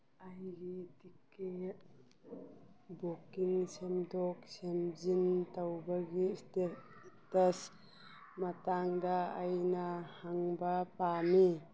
ꯑꯩꯒꯤ ticket booking ꯁꯦꯝꯗꯣꯛ ꯁꯦꯝꯖꯤꯟ ꯇꯧꯕꯒꯤ ꯁ꯭ꯇꯦꯇꯁ ꯃꯇꯥꯡꯗ ꯑꯩꯅ ꯍꯪꯕ ꯄꯥꯝꯃꯤ